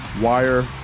wire